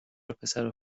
وپسرو